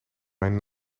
mijn